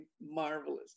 marvelous